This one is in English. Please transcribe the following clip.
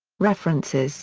references